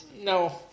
No